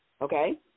okay